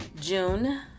june